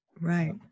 Right